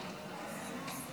חישוב עליית מחירי הארנונה),